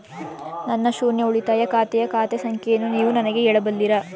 ನನ್ನ ಶೂನ್ಯ ಉಳಿತಾಯ ಖಾತೆಯ ಖಾತೆ ಸಂಖ್ಯೆಯನ್ನು ನೀವು ನನಗೆ ಹೇಳಬಲ್ಲಿರಾ?